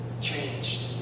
changed